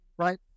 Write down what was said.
right